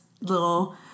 little